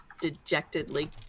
dejectedly